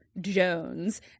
Jones